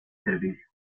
servicio